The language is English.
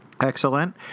Excellent